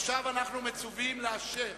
עכשיו אנחנו מצווים לאשר